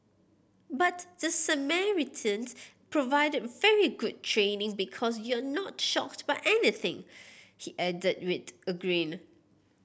but the Samaritans provided very good training because you're not shocked by anything he adds with a